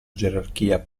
gerarchia